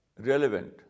relevant